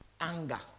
anger